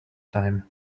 time